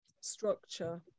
structure